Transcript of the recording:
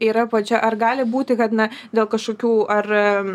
yra pačia ar gali būti kad na dėl kažkokių ar